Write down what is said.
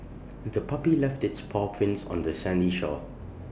the puppy left its paw prints on the sandy shore